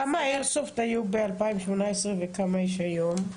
כמה איירסופט היו ב-2018 וכמה יש היום?